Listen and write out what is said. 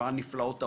ועל נפלאות ההווה.